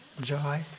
joy